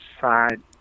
side